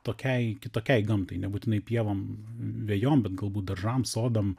tokiai kitokiai gamtai nebūtinai pievom vejom bet galbūt daržam sodam